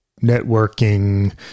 networking